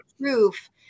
proof